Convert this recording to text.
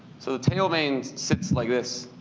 so the tail vane sits like this.